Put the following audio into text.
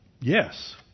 yes